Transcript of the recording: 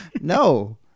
No